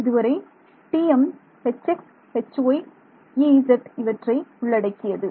இதுவரை TM Hx Hy Ez இவற்றை உள்ளடக்கியது